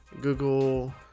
google